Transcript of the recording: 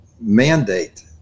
mandate